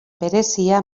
berezia